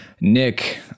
Nick